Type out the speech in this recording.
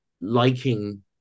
liking